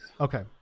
Okay